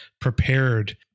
prepared